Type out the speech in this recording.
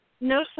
No